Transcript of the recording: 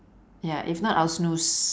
ya if not I'll snooze